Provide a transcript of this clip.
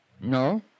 No